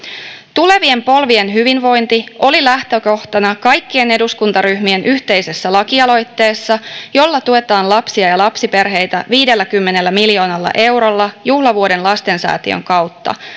tulevien polvien hyvinvointi oli lähtökohtana kaikkien eduskuntaryhmien yhteisessä lakialoitteessa jolla tuetaan lapsia ja ja lapsiperheitä viidelläkymmenellä miljoonalla eurolla juhlavuoden lastensäätiön kautta